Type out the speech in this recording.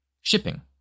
shipping